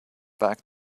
back